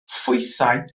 phwysau